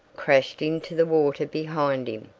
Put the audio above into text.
crashed into the water behind him.